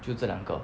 就这两个